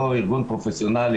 לא ארגון פרופסיונאלי,